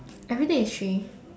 everything is three